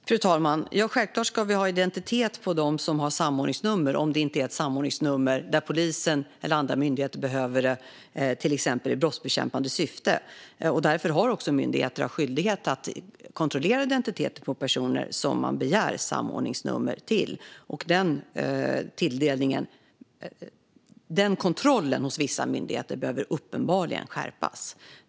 Fru talman! Självklart ska vi ha identitet på dem som har samordningsnummer, om det inte handlar om ett samordningsnummer där polisen eller andra myndigheter behöver det i exempelvis brottsbekämpande syfte. Därför har myndigheter skyldighet att kontrollera identitet på personer som man begär samordningsnummer till. Denna kontroll behöver uppenbarligen skärpas hos vissa myndigheter.